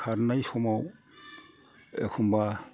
खारनाय समाव एखम्बा